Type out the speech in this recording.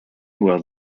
world